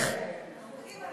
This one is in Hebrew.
אנחנו תומכים.